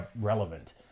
relevant